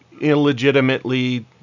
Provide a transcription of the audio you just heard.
illegitimately